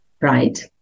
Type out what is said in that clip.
right